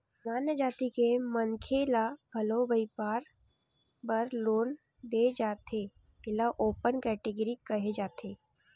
सामान्य जाति के मनखे ल घलो बइपार बर लोन दे जाथे एला ओपन केटेगरी केहे जाथे